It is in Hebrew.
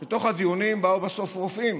בתוך הדיונים באו בסוף רופאים